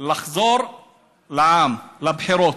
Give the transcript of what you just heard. לחזור לעם, לבחירות,